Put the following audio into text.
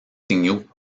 signaux